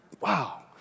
wow